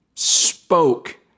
spoke